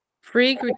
free